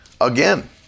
Again